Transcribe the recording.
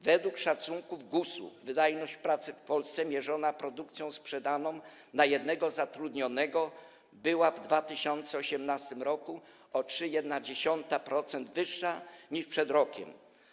Według szacunków GUS-u wydajność pracy w Polsce mierzona produkcją sprzedaną na jednego zatrudnionego była w 2018 r. o 3,1% wyższa niż przed rokiem.